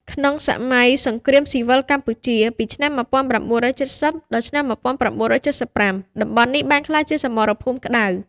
ក្នុងសម័យសង្គ្រាមស៊ីវិលកម្ពុជា ពីឆ្នាំ ១៩៧០ ដល់ ឆ្នាំ ១៩៧៥ តំបន់នេះបានក្លាយជាសមរភូមិក្តៅ។